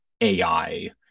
AI